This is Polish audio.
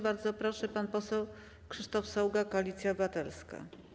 Bardzo proszę, pan poseł Krzysztof Saługa, Koalicja Obywatelska.